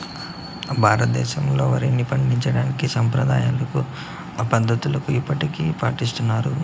భారతదేశంలో, వరిని పండించేకి సాంప్రదాయ పద్ధతులనే ఇప్పటికీ పాటిస్తన్నారు